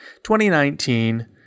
2019